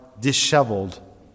disheveled